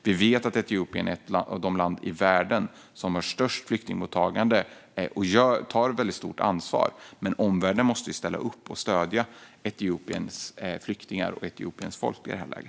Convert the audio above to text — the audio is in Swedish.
Vi vet att Etiopen är ett av de länder i världen som har störst flyktingmottagande och som tar ett väldigt stort ansvar. Men omvärlden måste i detta läge ställa upp och stödja Etiopiens flyktingar och Etiopiens folk.